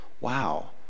wow